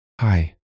Hi